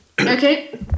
Okay